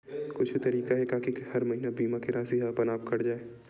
कुछु तरीका हे का कि हर महीना बीमा के राशि हा अपन आप कत जाय?